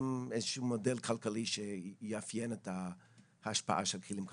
איזשהו מודל כלכלי שיאפיין את ההשפעה של כלים כלכליים?